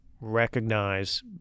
recognize